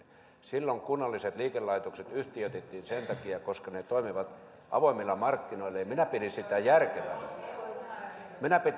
silloin kunnalliset liikelaitokset yhtiöitettiin sen takia että ne toimivat avoimilla markkinoilla ja minä pidin sitä järkevänä minä